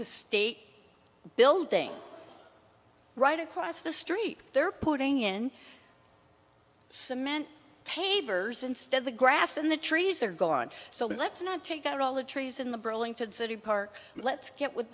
the state building right across the street they're putting in cement pavers instead the grass in the trees are gone so let's not take out all the trees in the burlington city park let's get with